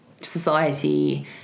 society